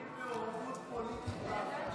אין מעורבות פוליטית בהפגנות.